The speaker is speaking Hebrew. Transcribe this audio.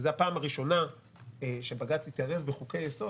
וזו הפעם הראשונה שבג"ץ התערב בחוקי-יסוד